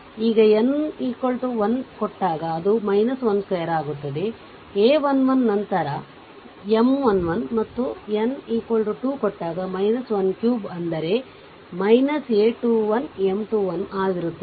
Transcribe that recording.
ಈಗ n1 ಕೊಟ್ಟಾಗ ಅದು 12 ಆಗುತ್ತದೆ a 1 1 ನಂತರ M 1 1 ಮತ್ತು n2 ಕೊಟ್ಟಾಗ 13 ಅಂದರೆ a 21 M 21ಆಗಿರುತ್ತದೆ